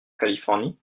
californie